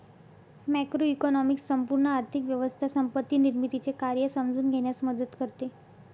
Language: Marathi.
मॅक्रोइकॉनॉमिक्स संपूर्ण आर्थिक व्यवस्था संपत्ती निर्मितीचे कार्य समजून घेण्यास मदत करते